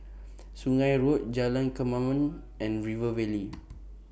Sungei Road Jalan Kemaman and River Valley